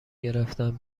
گرفتم